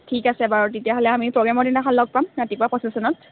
ঠিক আছে বাৰু তেতিয়াহ'লে আমি প্ৰ'গ্ৰেমৰ দিনাখন লগ পাম ৰাতিপুৱা পছেচনত